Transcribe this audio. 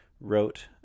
wrote